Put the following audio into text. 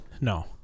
No